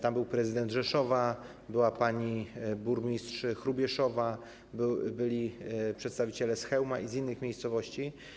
Tam był prezydent Rzeszowa, była pani burmistrz Hrubieszowa, byli przedstawiciele z Chełma i z innych miejscowości.